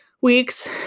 weeks